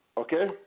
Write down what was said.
Okay